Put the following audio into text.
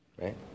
right